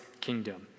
kingdom